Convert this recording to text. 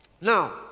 Now